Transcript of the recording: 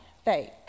faith